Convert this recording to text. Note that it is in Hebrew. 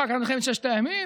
אחר כך את מלחמת ששת הימים?